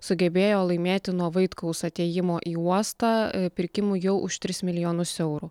sugebėjo laimėti nuo vaitkaus atėjimo į uostą pirkimų jau už tris milijonus eurų